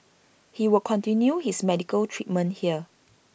he will continue his medical treatment here